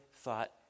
thought